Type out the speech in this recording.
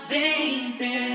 baby